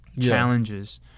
challenges